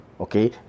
okay